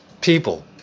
People